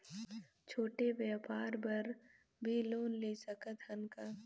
छोटे व्यापार बर भी लोन ले सकत हन का?